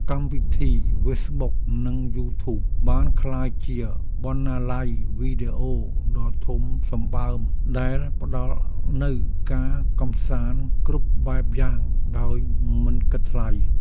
កម្មវិធីហ្វេសប៊ុកនិងយូធូបបានក្លាយជាបណ្ណាល័យវីដេអូដ៏ធំសម្បើមដែលផ្ដល់នូវការកម្សាន្តគ្រប់បែបយ៉ាងដោយមិនគិតថ្លៃ។